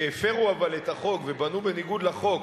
שהפירו את החוק ובנו בניגוד לחוק,